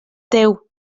teu